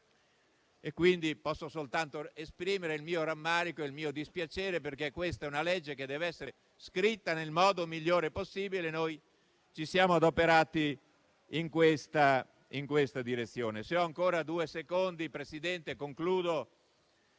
loro. Posso soltanto esprimere il mio rammarico e il mio dispiacere, perché questa è una legge che dev'essere scritta nel modo migliore possibile. Noi ci siamo adoperati in tale direzione. Se me lo consente, signor Presidente, concludo